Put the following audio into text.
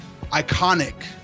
iconic